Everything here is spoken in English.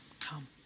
come